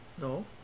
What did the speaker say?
no